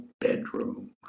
bedroom